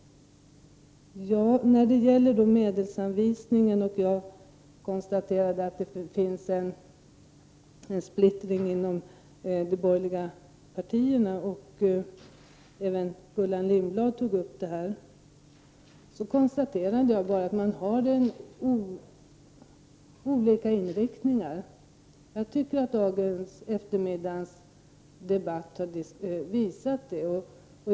När det gäller medelsanvisningen konstaterade jag att det finns en splittring bland de borgerliga partierna. Även Gullan Lindblad tog upp det. Jag konstaterade bara att man har olika inriktningar. Jag tycker att eftermiddagens debatt har visat det.